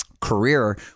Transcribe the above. career